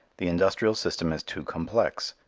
the industrial system is too complex,